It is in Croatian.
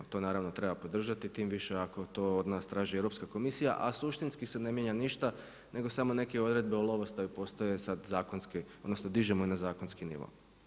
To naravno treba podržati, tim više ako to od nas traži Europska komisija a suštinski se ne mijenja ništa nego samo neke odredbe o lovostaju postaju sad zakonske, odnosno dižemo ih na zakonski nivo.